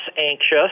anxious